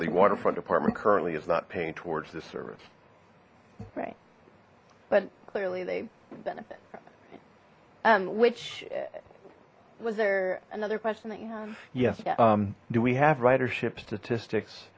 the waterfront department currently is not paying towards this service right but clearly they which was there another question that you have yes do we have ridership statistics